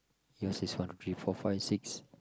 yours is one two three four five six